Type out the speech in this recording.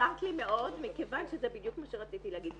עזרת לי מאוד מכוון שזה בדיוק מה שרציתי להגיד.